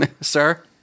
Sir